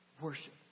Worship